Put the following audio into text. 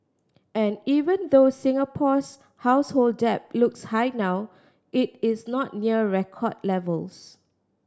and even though Singapore's household debt looks high now it is not near record levels